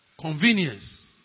convenience